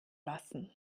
lassen